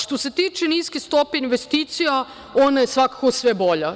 Što se tiče niske stope investicija, ona je svakako sve bolja.